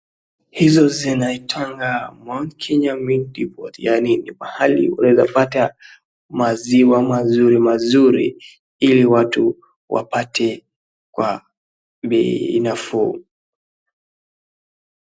Hizo sinaitwanga Mt Kenya Milk Depot , yaani ni pahali unaweza pata maziwa mazuri mazuri ili watu wapate kwa bei nafuu.